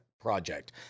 project